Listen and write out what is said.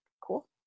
Cool